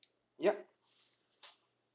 yup